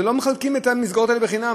לא מחלקים את המסגרות האלה חינם,